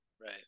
Right